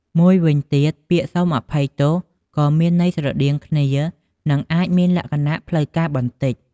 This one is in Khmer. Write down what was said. មួយវិញទៀតពាក្យ "សូមអភ័យ" ក៏មានន័យស្រដៀងគ្នា និងអាចមានលក្ខណៈផ្លូវការបន្តិច។